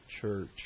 church